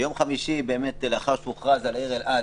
ביום חמישי, לאחר שהוכרז על סגר בעיר אלעד,